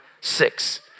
six